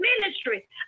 ministry